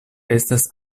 estas